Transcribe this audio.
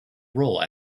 role